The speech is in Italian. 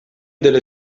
delle